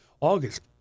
August